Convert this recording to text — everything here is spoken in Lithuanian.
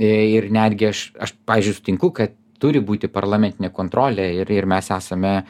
ir netgi aš aš pavyzdžiui sutinku kad turi būti parlamentinė kontrolė ir ir mes esame